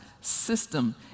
system